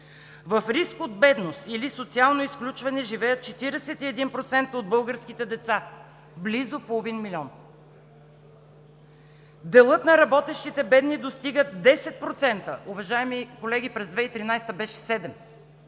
В риск от бедност или социално изключване живеят 41% от българските деца, близо половин милион. Делът на работещите бедни достига 10%. Уважаеми колеги, през 2013 г. беше 7%.